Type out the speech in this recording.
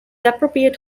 appropriate